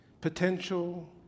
potential